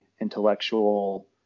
intellectual